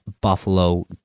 Buffalo